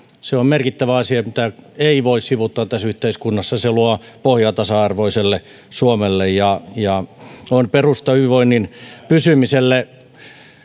se on merkittävä asia mitä ei voi sivuuttaa tässä yhteiskunnassa se luo pohjaa tasa arvoiselle suomelle ja ja on perusta hyvinvoinnin pysymiselle